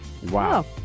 Wow